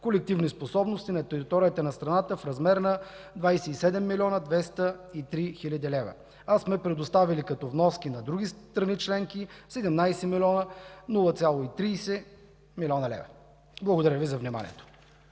колективни способности на територията на страната в размер на 27 млн. 203 хил. лв. Предоставили сме като вноски на други страни членки 17 млн. 30 хил. лв. Благодаря Ви за вниманието.